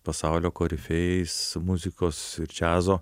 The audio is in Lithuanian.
pasaulio korifėjais muzikos džiazo